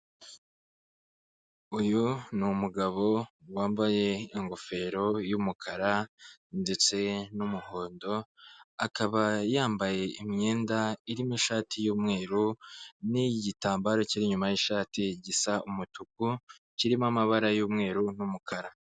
Uyu ni umugabo wambaye ingofero y'umukara ndetse n'umuhondo, akaba yambaye imyenda irimo ishati y'umweru n'igitambaro kiri inyuma y'ishati gisa umutuku, kirimo amabara y'umweru n'umukara.